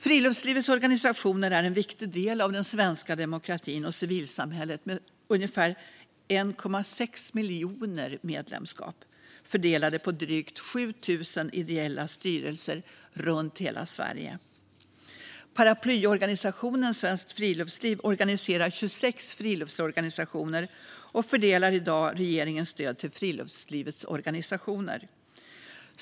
Friluftslivets organisationer är en viktig del av den svenska demokratin och civilsamhället med ungefär 1,6 miljoner medlemskap fördelade på drygt 7 000 ideella styrelser runt hela Sverige. Paraplyorganisationen Svenskt Friluftsliv organiserar 26 friluftsorganisationer och fördelar i dag regeringens stöd till friluftslivets organisationer.